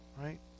Right